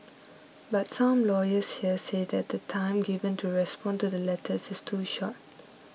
but some lawyers here say that the time given to respond to the letters is too short